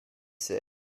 say